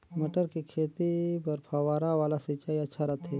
मटर के खेती बर फव्वारा वाला सिंचाई अच्छा रथे?